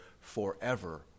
forever